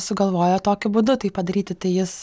sugalvojo tokiu būdu tai padaryti tai jis